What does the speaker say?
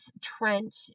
trent